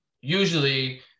usually